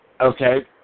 Okay